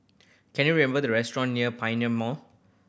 can you the restaurant near Pioneer Mall